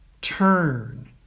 Turn